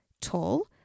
tall